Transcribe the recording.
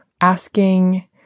asking